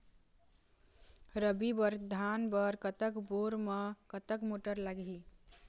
रबी बर धान बर कतक बोर म कतक मोटर लागिही?